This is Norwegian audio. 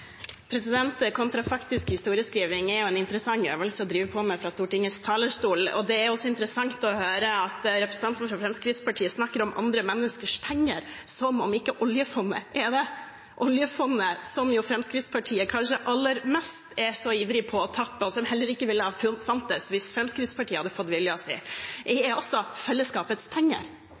Kontrafaktisk historieskriving er en interessant øvelse å drive på med fra Stortingets talerstol, og det er også interessant å høre at representanten fra Fremskrittspartiet snakker om andre menneskers penger, som om ikke oljefondet er det. Oljefondet, som kanskje Fremskrittspartiet er aller mest ivrig på å tappe – og som heller ikke ville ha funnes hvis Fremskrittspartiet hadde fått viljen sin – er også fellesskapets penger.